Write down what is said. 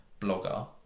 blogger